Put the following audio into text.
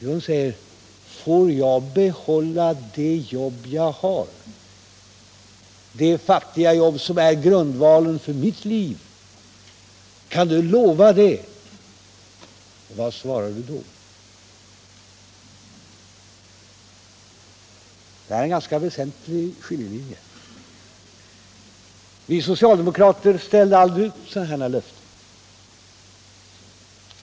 Jo, de säger: Får vi behålla de jobb vi har, de fattiga jobb som är grundvalen för vårt liv? Kan du lova det? Vad svarar du då? Det här är en ganska väsentlig skiljelinje. Vi socialdemokrater ställde aldrig ut sådana här löften.